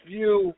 View